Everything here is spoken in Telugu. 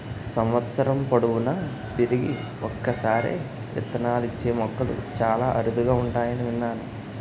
సంవత్సరం పొడువునా పెరిగి ఒక్కసారే విత్తనాలిచ్చే మొక్కలు చాలా అరుదుగా ఉంటాయని విన్నాను